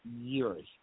years